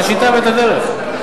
את השיטה ואת הדרך,